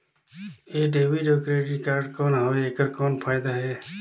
ये डेबिट अउ credit card कौन हवे एकर कौन फाइदा हे?